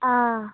ఆ